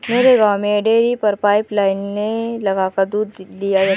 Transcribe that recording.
मेरे गांव में डेरी पर पाइप लाइने लगाकर दूध लिया जाता है